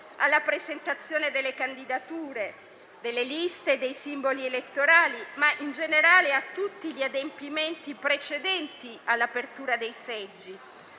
alla presentazione delle candidature delle liste e dei simboli elettorali, ma in generale a tutti gli adempimenti precedenti all'apertura dei seggi,